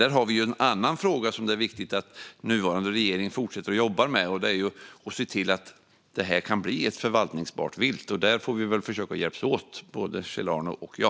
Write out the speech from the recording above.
Där har vi också en annan fråga som det är viktigt att nuvarande regering fortsätter att jobba med, nämligen att se till att vargen kan bli ett förvaltningsbart vilt. Där får vi väl försöka att hjälpas åt, Kjell-Arne och jag.